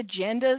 agendas